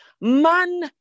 Man